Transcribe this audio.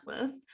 list